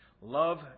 love